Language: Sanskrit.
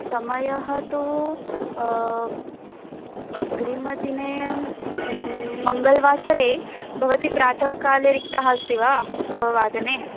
समयः तु अग्रिमदिने मङ्गलवासरे भवती प्रातःकाले रिक्ता अस्ति वा नववादने